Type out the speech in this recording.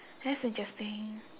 that's interesting